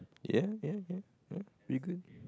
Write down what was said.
ya ya ya ya very good